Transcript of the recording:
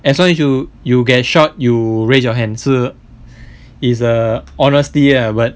as long as you you get shot you raise your hand 是 is uh honesty lah but